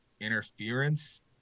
interference